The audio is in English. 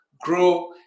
grow